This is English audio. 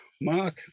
mark